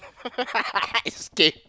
escape